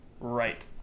right